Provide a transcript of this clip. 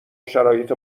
شرایط